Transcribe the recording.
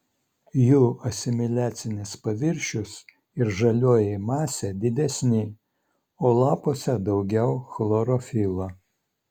jų asimiliacinis paviršius ir žalioji masė didesni o lapuose daugiau chlorofilo